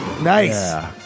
Nice